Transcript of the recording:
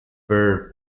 verb